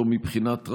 לא מבחינת רעש.